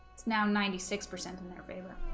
it's now ninety six percent in their favor